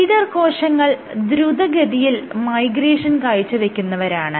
leader കോശങ്ങൾ ദ്രുതഗതിയിൽ migration കാഴ്ചവെക്കുന്നവരാണ്